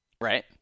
Right